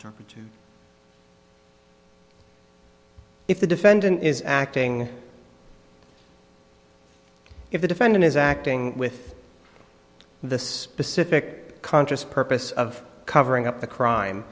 which if the defendant is acting if the defendant is acting with the specific conscious purpose of covering up the crime